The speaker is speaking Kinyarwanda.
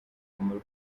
akamaro